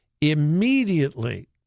immediately